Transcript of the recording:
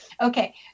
Okay